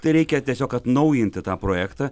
tai reikia tiesiog atnaujinti tą projektą